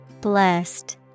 Blessed